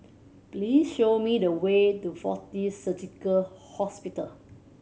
please show me the way to Fortis Surgical Hospital